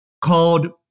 called